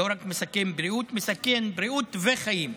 לא רק מסכן בריאות, מסכן בריאות וחיים.